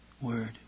word